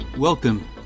Welcome